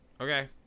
Okay